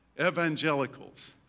Evangelicals